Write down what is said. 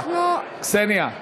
היום אנחנו, קסניה.